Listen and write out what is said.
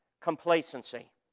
complacency